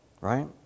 right